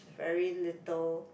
very little